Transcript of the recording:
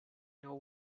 know